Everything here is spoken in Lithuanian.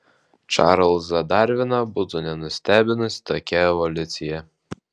čarlzą darviną būtų nustebinusi tokia evoliucija